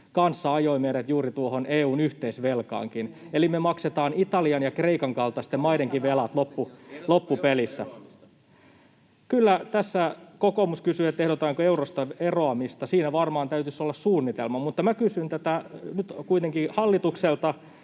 kanssa ajoivat meidät juuri tuohon EU:n yhteisvelkaankin. Eli me maksetaan Italian ja Kreikan kaltaisten maidenkin velat loppupeleissä. [Kai Mykkänen: Ehdotatteko eurosta eroamista?] — Kyllä. Tässä kokoomus kysyy, ehdotanko eurosta eroamista. Siinä varmaan täytyisi olla suunnitelma. — Mutta minä kysyn tätä nyt kuitenkin hallitukselta: